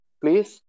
please